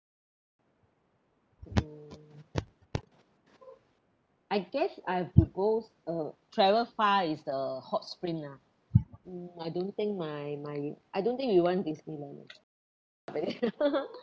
I guess I propose uh travel far is the hot spring ah mm I don't think my my I don't think we want disneyland ah